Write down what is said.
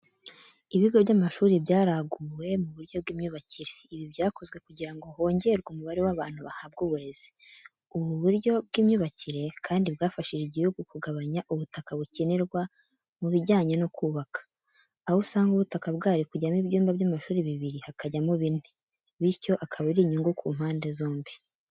Ibigo by’amashuri byaraguwe mu buryo bw’imyubakire, ibi byakozwe kugira ngo hongerwe umubare w’abantu bahabwa uburezi. Ubu uburyo bw’imyubakire, kandi bwafashije igihugu kugabanya ubutaka bukenerwa mu bijyanye no kubaka. Aho usanga ubutaka bwari kujyamo ibyumba by’amashuri bibiri hakajyamo bine, bityo akaba ari inyungu ku mpande zombi.